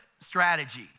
strategy